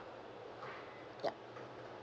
ya